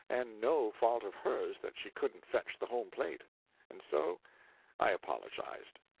and no fault of hers that she couldn't fetch the home plate and so i apologized.